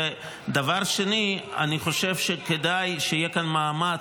ודבר שני, אני חושב שכדאי שיהיה כאן מאמץ.